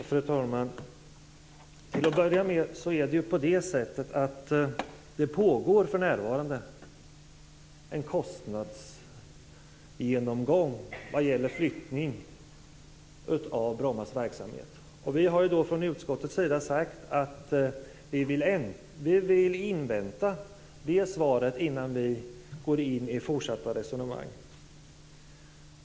Fru talman! Till att börja med vill jag säga att det för närvarande pågår en kostnadsgenomgång vad gäller flyttning av Brommas verksamhet. Vi har från utskottets sida sagt att vi vill invänta den genomgången innan vi går in i fortsatta resonemang.